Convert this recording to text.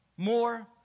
more